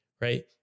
Right